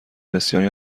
بسیاری